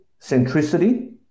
centricity